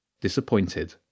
disappointed